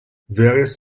various